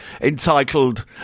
entitled